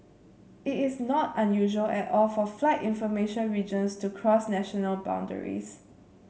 it is not unusual at all for flight information regions to cross national boundaries